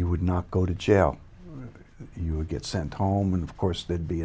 you would not go to jail you would get sent home and of course there'd be